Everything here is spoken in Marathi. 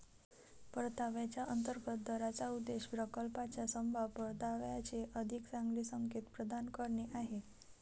परताव्याच्या अंतर्गत दराचा उद्देश प्रकल्पाच्या संभाव्य परताव्याचे अधिक चांगले संकेत प्रदान करणे आहे